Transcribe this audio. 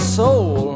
soul